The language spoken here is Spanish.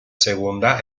segunda